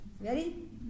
Ready